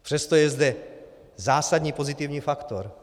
Přesto je zde zásadní pozitivní faktor.